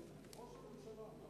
ראש הממשלה.